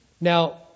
Now